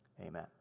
amen